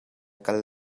kal